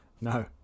No